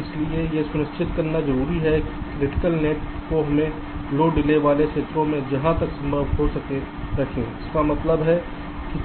इसलिए यह सुनिश्चित करना ज़रूरी है कि क्रिटिकल नेट को हमें लो डिले वाले क्षेत्रों में जहां तक संभव संभव हो सके रखें इसका मतलब है